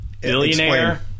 billionaire